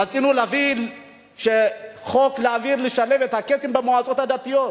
רצינו להעביר חוק לשלב את הקייסים במועצות הדתיות,